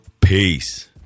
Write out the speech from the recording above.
peace